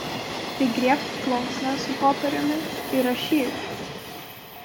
tai griebk plunksną su popieriumi ir rašyk